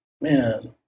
man